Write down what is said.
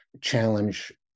challenge